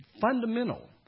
fundamental